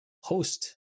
host